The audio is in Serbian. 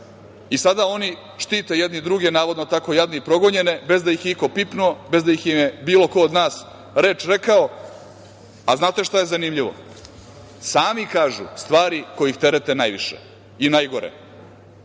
decu. Sada oni štite jedni druge, navodno tako jadne i progonjene bez da ih je iko pipnuo, bez da im je bilo ko od nas reč rekao, a znate šta je zanimljivo, sami kažu stvari koje ih terete najviše i najgore.